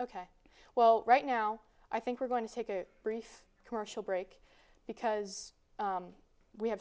ok well right now i think we're going to take a brief commercial break because we have